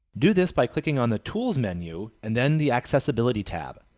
do this by clicking on the tools menu and then the accessibility tab.